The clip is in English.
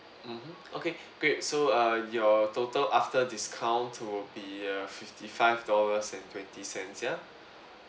mmhmm okay great so err your total after discount to be uh fifty five dollars and twenty cents ya